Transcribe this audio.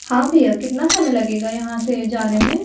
हाँ भइया कितना समय लगेगा यहाँ से जाने में